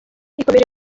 ikomeje